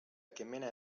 kemena